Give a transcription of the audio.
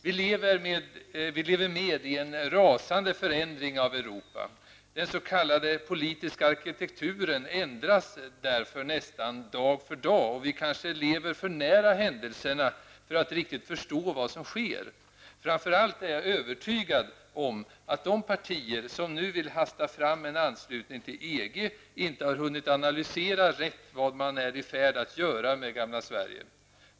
Vi lever med i en rasande förändring av Europa. Den s.k. politiska arkitekturen ändras nästan dag för dag, och vi kanske lever för nära händelserna för att riktigt förstå vad som sker. Framför allt är jag övertygad om att de partier som nu vill hasta fram en anslutning till EG inte har hunnit analysera rätt vad man är i färd att göra med gamla Sverige.